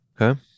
Okay